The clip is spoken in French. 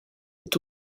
est